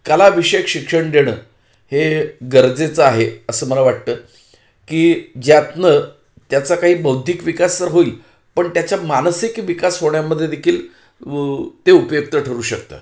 कलाविषयक शिक्षण देणे हे गरजेचं आहे असं मला वाटतं की ज्यातून त्याचा काही बौद्धिक विकास तर होईल पण त्याचा मानसिक विकास होण्यामध्ये व ते देखील उपयुक्त ठरू शकतं